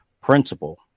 principle